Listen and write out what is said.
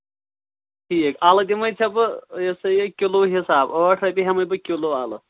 ٹھیٖک اَلہٕ دِمَے ژےٚ بہٕ یہِ ہسا یہِ کِلوٗ حِسابہٕ ٲٹھ رۄپیہِ ہٮ۪مَے بہٕ کِلوٗ اَلہٕ